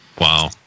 Wow